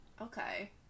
okay